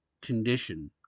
condition